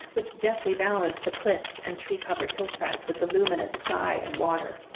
which deftly balance the cliffs and tree-covered hillsides with the luminous sky and water.